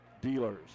dealers